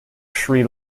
sri